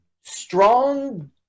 strong